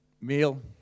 meal